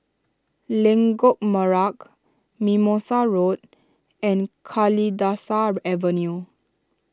Lengkok Merak Mimosa Road and Kalidasa Avenue